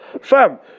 Fam